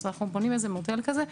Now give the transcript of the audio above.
זאת אומרת שאנחנו בונים מודל כזה.